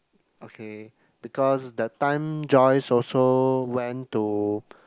okay because that time Joyce also went to